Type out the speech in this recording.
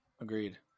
Agreed